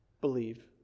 believe